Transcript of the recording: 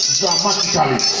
dramatically